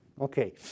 Okay